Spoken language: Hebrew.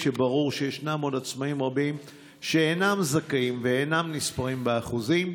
כשברור שישנם עוד עצמאים רבים שאינם זכאים ואינם נספרים באחוזים?